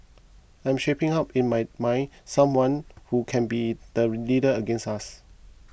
I am shaping up in my mind someone who can be the leader against us